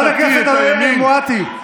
חברת הכנסת אמילי מואטי.